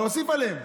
להוסיף עליהם.